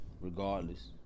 regardless